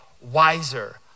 wiser